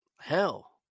hell